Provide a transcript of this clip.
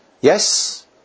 Yes